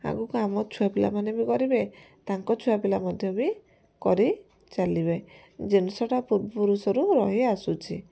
ଆଗକୁ ଆମ ଛୁଆପିଲାମାନେ ବି କରିବେ ତାଙ୍କ ଛୁଆପିଲା ମଧ୍ୟ ବି କରି ଚାଲିବେ ଜିନିଷଟା ପୂର୍ବପୁରୁଷରୁ ରହି ଆସୁଛି